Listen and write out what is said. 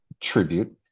tribute